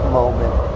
moment